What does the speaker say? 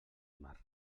mar